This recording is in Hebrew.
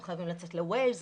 הם חייבים לצאת לוויילס,